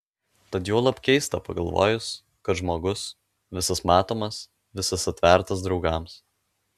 tad juolab keista pagalvojus kad žmogus visas matomas visas atvertas draugams